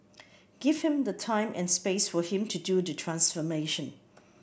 give him the time and space for him to do the transformation